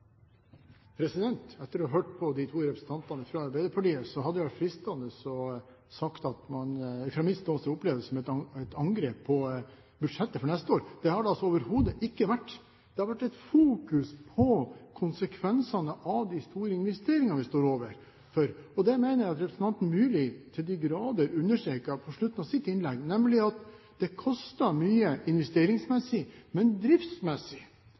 Etter å ha hørt på de to representantene fra Arbeiderpartiet hadde det vært fristende å si at fra mitt ståsted oppleves det som et angrep på budsjettet for neste år. Det har det altså overhodet ikke vært. Det har vært en fokusering på konsekvensene av de store investeringene vi står overfor. Det mener jeg representanten Myrli til de grader understreket på slutten av sitt innlegg, nemlig at det koster mye investeringsmessig, men